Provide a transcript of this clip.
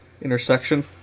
intersection